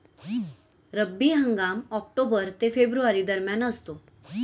रब्बी हंगाम ऑक्टोबर ते फेब्रुवारी दरम्यान असतो